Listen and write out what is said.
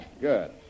Good